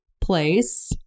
place